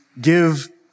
give